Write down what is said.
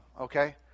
Okay